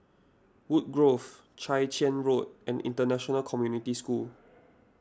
Woodgrove Chwee Chian Road and International Community School